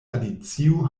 alicio